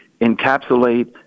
encapsulate